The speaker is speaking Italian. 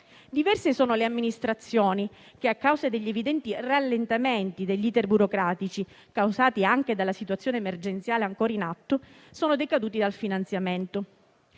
diverse sono le amministrazioni che, a causa degli evidenti rallentamenti degli *iter* burocratici causati anche dalla situazione emergenziale ancora in atto, sono decaduti dal finanziamento.